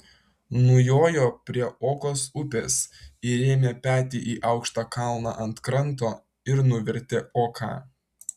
nujojo prie okos upės įrėmė petį į aukštą kalną ant kranto ir nuvertė į oką